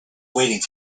waiting